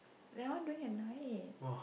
that one doing at night